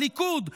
הליכוד,